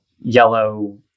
yellow